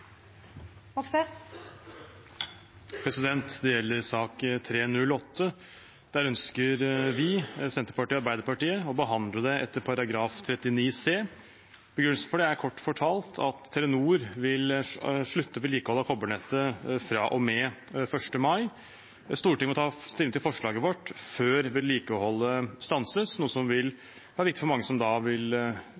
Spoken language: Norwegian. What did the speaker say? Moxnes har bedt om ordet. Det gjelder referatsak 308. Den ønsker Rødt, Arbeiderpartiet og Senterpartiet å behandle etter § 39 annet ledd bokstav c i Stortingets forretningsorden. Begrunnelsen for det er kort fortalt at Telenor vil avslutte vedlikeholdet av kobbernettet fra og med 1. mai. Stortinget må ta stilling til forslaget vårt før vedlikeholdet stanses, noe som vil